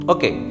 Okay